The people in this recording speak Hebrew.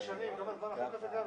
מה שאנחנו מתנגדים,